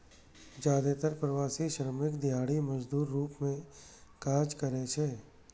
जादेतर प्रवासी श्रमिक दिहाड़ी मजदूरक रूप मे काज करै छै